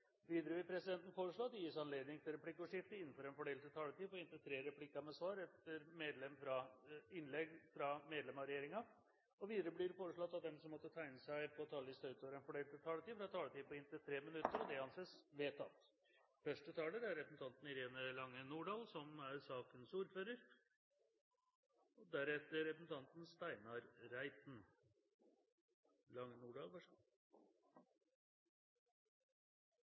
Videre vil presidenten foreslå at det gis anledning til replikkordskifte på inntil tre replikker med svar etter innlegg fra partigruppenes hovedtalere og inntil fem replikker med svar etter innlegg fra medlem av regjeringen innenfor den fordelte taletid. Videre blir det foreslått at de som måtte tegne seg på talerlisten utover den fordelte taletid, får en taletid på inntil 3 minutter. – Det anses vedtatt.